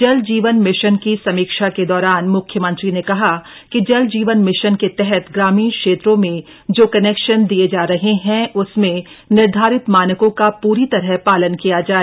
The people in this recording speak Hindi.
जल जीवन मिशन की समीक्षा के दौरान म्ख्यमंत्री ने कहा कि जल जीवन मिशन के तहत ग्रामीण क्षेत्रों में जो कनेक्शन दिये जा रहे हैं उसमें निर्धारित मानकों का पूरी तरह पालन किया जाए